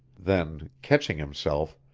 then, catching himself,